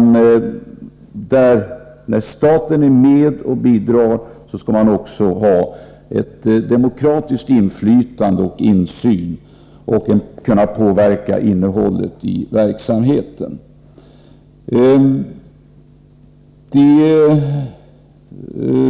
När staten ger bidrag skall man också ha ett demokratiskt inflytande och en insyn och kunna påverka innehållet i verksamheten.